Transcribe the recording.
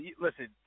Listen